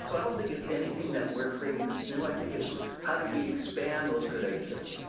so i don't think it's anything that we're creating that's new, i think it's how do we expand those good ideas.